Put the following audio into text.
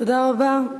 תודה רבה.